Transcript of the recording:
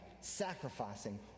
sacrificing